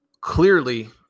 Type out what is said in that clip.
clearly